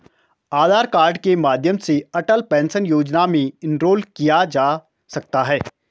आधार card के माध्यम से अटल पेंशन योजना में इनरोल किया जा सकता है